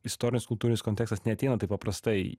istorinis kultūrinis kontekstas neateina taip paprastai